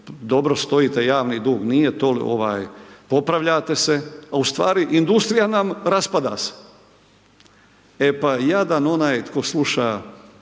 dobro stojite, javni dug nije toliko, ovaj, popravljate se, a u stvari industrija nam raspada se. E pa jadan onaj tko sluša